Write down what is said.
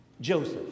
Joseph